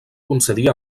concedir